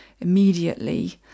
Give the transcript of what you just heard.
immediately